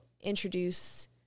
introduce